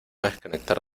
desconectar